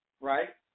right